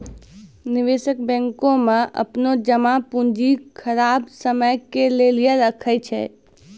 निवेशक बैंको मे अपनो जमा पूंजी खराब समय के लेली राखै छै